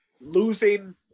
losing